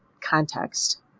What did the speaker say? context